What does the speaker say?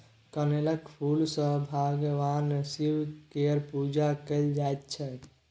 कनेलक फुल सँ भगबान शिब केर पुजा कएल जाइत छै